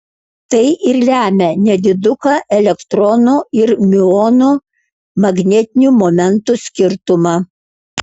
tai ir lemia nediduką elektrono ir miuono magnetinių momentų skirtumą